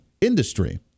industry